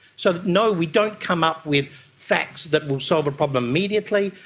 so no, we don't come up with facts that will solve a problem immediately,